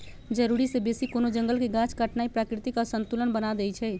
जरूरी से बेशी कोनो जंगल के गाछ काटनाइ प्राकृतिक असंतुलन बना देइछइ